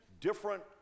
different